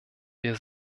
wir